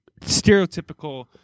stereotypical